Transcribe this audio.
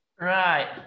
right